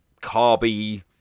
carby